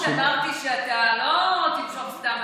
אמרתי שאתה לא תמשוך סתם,